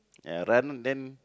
ya run then